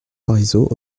parisot